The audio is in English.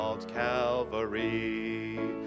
Calvary